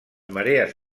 marees